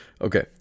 Okay